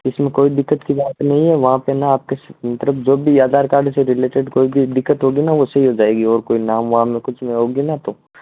इसमें कोई दिक्कत की बात नही है वहाँ पर न आपके सी मतलब जो भी आधार कार्ड से रिलेटेड कोई भी दिक्कत होगी न ही हो जाएगी और कोई नाम वाम में कुछ भी होगी न तो